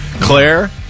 claire